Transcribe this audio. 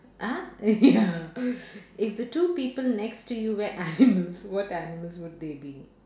ah ya if the two people next to you were animals what animals would they be